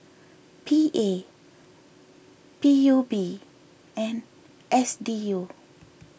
P A P U B and S D U